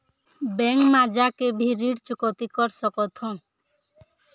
Bank मा जाके भी ऋण चुकौती कर सकथों?